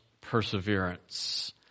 perseverance